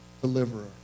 deliverer